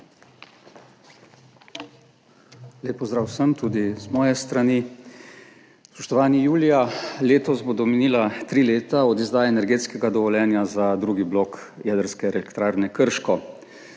Lep pozdrav vsem tudi z moje strani! Spoštovani! Julija letos bodo minila tri leta od izdaje energetskega dovoljenja za drugi blok Jedrske elektrarne Krško.